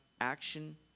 action